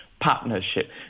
Partnership